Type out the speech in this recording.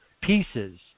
pieces